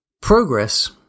Progress